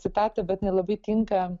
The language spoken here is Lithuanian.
citatą bet jinai labai tinka